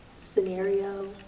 scenario